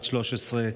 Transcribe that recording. בת 13,